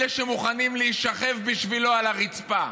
אלה שמוכנים להישכב בשבילו על הרצפה,